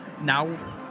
Now